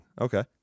okay